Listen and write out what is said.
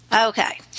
Okay